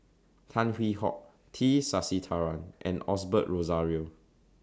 Tan Hwee Hock T Sasitharan and Osbert Rozario